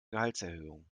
gehaltserhöhung